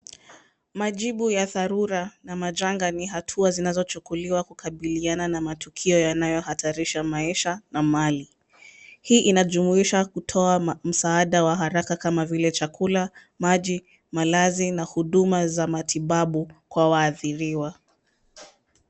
Majibu ya dharura na majanga ni hatua zinazochukuliwa kukabiliana na matukio yanayohatarisha maisha na mali. Hii inajumuisha kutoa msaada wa haraka kama vile chakula, maji malazi na huduma za matibabu kwa waathiriwa.